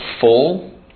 full